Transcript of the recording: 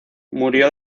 murió